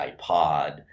ipod